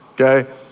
okay